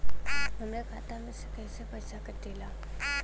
हमरे खाता में से पैसा कटा सकी ला?